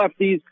lefties